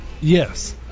Yes